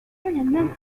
même